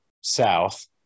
south